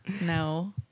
no